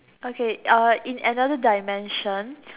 okay uh in another dimension